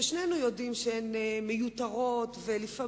קמים